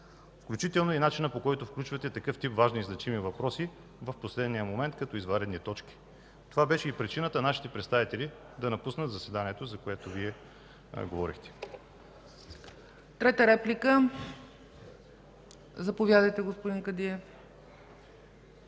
включително и начина, по който включвате такъв тип важни и значими въпроси в последния момент като извънредни точки. Това беше и причината нашите представители да напуснат заседанието, за което Вие говорихте. ПРЕДСЕДАТЕЛ ЦЕЦКА ЦАЧЕВА: Трета реплика – заповядайте, господин Кадиев.